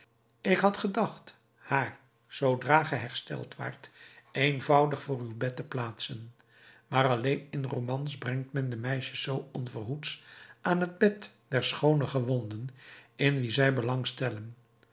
ik had gedacht haar zoodra ge hersteld waart eenvoudig voor uw bed te plaatsen maar alleen in romans brengt men de meisjes zoo onverhoeds aan het bed der schoone gewonden in wie zij